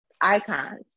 icons